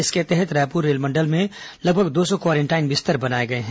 इसके तहत रायपुर रेलमंडल में लगभग दौ सौ क्वारेंटाइन बिस्तर बनाए गए हैं